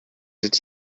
its